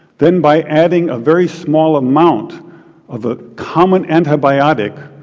then, by adding a very small amount of a common antibiotic,